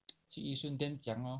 去 yishun dam 讲 loh